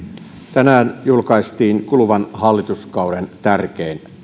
tänään julkaistiin kuluvan hallituskauden tärkein